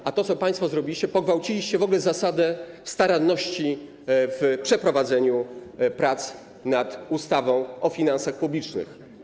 A państwo co zrobiliście - pogwałciliście w ogóle zasadę staranności w przeprowadzeniu prac nad ustawą o finansach publicznych.